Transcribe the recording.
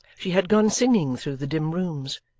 she had gone singing through the dim rooms,